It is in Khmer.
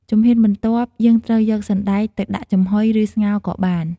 ជំហានបន្ទាប់ យើងត្រូវយកសណ្តែកទៅដាក់ចំហុយ ឬ ស្ងោរក៏បាន។